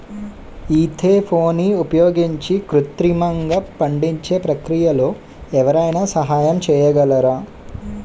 ఈథెఫోన్ని ఉపయోగించి కృత్రిమంగా పండించే ప్రక్రియలో ఎవరైనా సహాయం చేయగలరా?